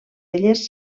elles